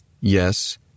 Yes